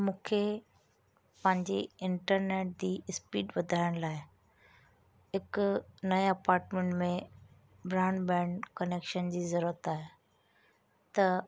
मूंखे पंहिंजे इंटरनेट जी स्पीड वधाइण लाइ हिकु नए अपाटमेंट में ब्रॉडबैंड कनेक्शन जी ज़रूरत आहे त